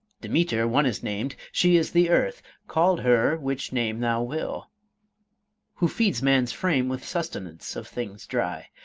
demeter one is named she is the earth call her which name thou will who feeds man's frame with sustenance of things dry.